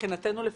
מבחינתנו לפחות,